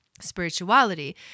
spirituality